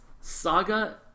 Saga